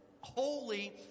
holy